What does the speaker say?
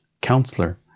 Counselor